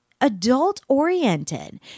adult-oriented